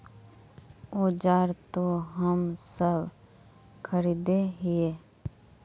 औजार तो हम सब खरीदे हीये?